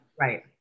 Right